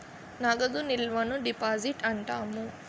నగదు నిల్వను డిపాజిట్ అంటాము